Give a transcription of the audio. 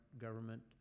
government